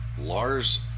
lars